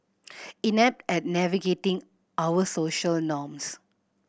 inept at navigating our social norms